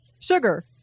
Sugar